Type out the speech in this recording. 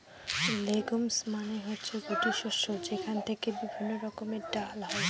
legumes মানে হচ্ছে গুটি শস্য যেখান থেকে বিভিন্ন রকমের ডাল হয়